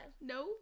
No